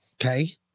okay